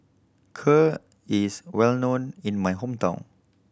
Kheer is well known in my hometown